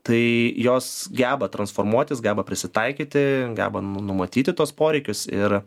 tai jos geba transformuotis geba prisitaikyti geba numatyti tuos poreikius ir